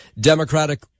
Democratic